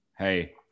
Hey